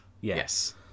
Yes